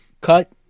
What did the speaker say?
cut